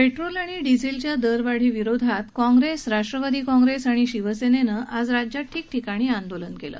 petrol आणि डिझेलच्या दरवाढीविरोधात काँग्रेस राष्ट्रवादी काँग्रेस आणि शिवसेनेनं आज राज्यात ठिकठिकाणी आंदोलन केलं